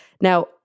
Now